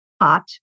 hot